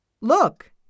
Look